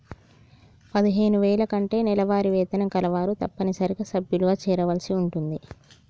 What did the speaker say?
పదిహేను వేల కంటే నెలవారీ వేతనం కలవారు తప్పనిసరిగా సభ్యులుగా చేరవలసి ఉంటుంది